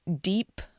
deep